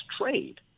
trade